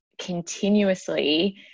continuously